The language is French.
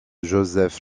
joseph